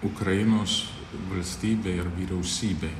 ukrainos valstybė ir vyriausybė